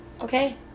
Okay